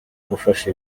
gufasha